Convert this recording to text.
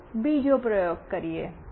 ચાલો બીજો પ્રયોગ કરીએ